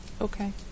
Okay